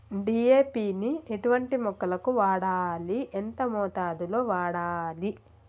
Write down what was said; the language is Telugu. డీ.ఏ.పి ని ఎటువంటి మొక్కలకు వాడాలి? ఎంత మోతాదులో వాడాలి?